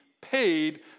paid